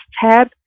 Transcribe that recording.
tab